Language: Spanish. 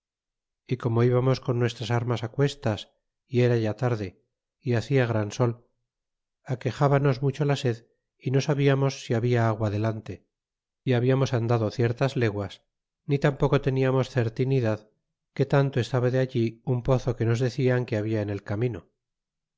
y como ibamos con nuestras armas á cuestas y era ya tarde y hacia gran sol aquejábanos mucho la sed y no sabiaaros si habia agua adelante y hablamos andado ciertas leguas ni tampoco teniarnos certinidad que tanto estaba de allí un pozo que nos deciau que había en el camino